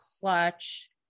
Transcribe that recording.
clutch